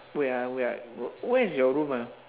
wait ah wait ah w~ where is your room ah